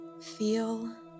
Feel